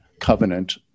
covenant